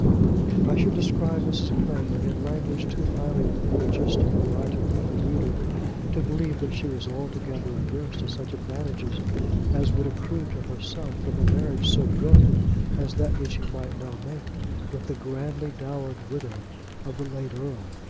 i should describe mrs. clavering in language too highly eulogistic were i to lead the reader to believe that she was altogether averse to such advantages as would accrue to her son from a marriage so brilliant as that which he might now make with the grandly dowered widow of the late earl.